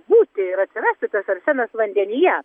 būti ir atsirasti tas arsenas vandenyje